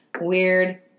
weird